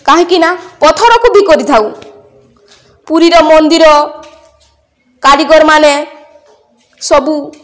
କାହିଁକି ନା ପଥର କୁ ବି କରିଥାଉ ପୁରୀର ମନ୍ଦିର କାରିଗରମାନେ ସବୁ